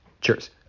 Cheers